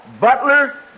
Butler